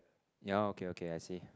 ya okay okay I see